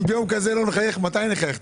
אם ביום כזה לא נחייך, מתי נחייך?